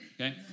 Okay